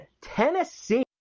Tennessee